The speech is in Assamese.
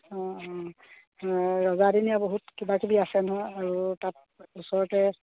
অঁ অঁ ৰজাদিনীয়া বহুত কিবা কিবি আছে নহয় আৰু তাত ওচৰতে